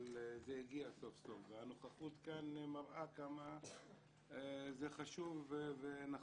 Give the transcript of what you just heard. אבל זה הגיע סוף סוף והנוכחות כאן מראה כמה זה חשוב ונחוץ.